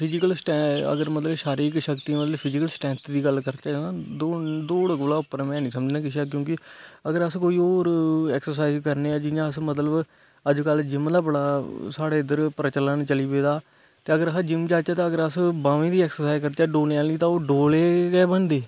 physical अगर मतलब शररिक शक्ति मतलब फिजीकल स्ट्रैथं दी गल्ल करचे तां दोडा कोला उपर में नेई समझना किसे गी क्यो कि अगर अश कोई और ऐक्सरसाइज करने हा जियां अस मतलब अजकल जिम आहला बडा साढ़े इद्धर प्रचलन चली पेदा ते अगर अस जिम जाचे ते अगर अस बाह्में दी एक्सरसाइज करचै डोले आहली ते ओह् डोले गै बनदे